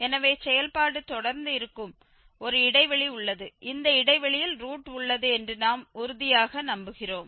எனவே செயல்பாடு தொடர்ந்து இருக்கும் ஒரு இடைவெளி உள்ளது இந்த இடைவெளியில் ரூட் உள்ளது என்று நாம் உறுதியாக நம்புகிறோம்